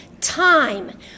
time